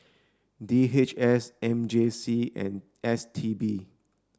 D H S M J C and S T B